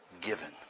given